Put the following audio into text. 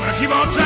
keep on